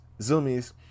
Zoomies